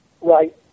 right